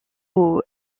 aux